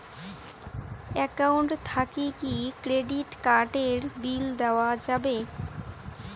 Account থাকি কি credit card এর বিল দেওয়া যাবে?